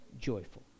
joyful